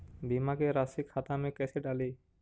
बीमा के रासी खाता में कैसे डाली?